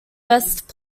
best